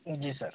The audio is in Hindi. जी सर